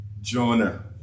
Jonah